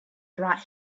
brought